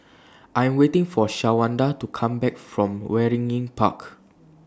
I Am waiting For Shawanda to Come Back from Waringin Park